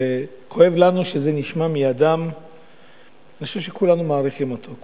וכואב לנו שזה נשמע מאדם שאני חושב שכולנו מעריכים אותו,